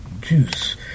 juice